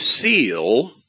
seal